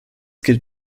gilt